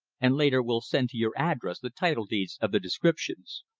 and later will send to your address the title deeds of the descriptions.